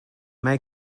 may